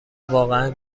واقعا